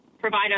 provide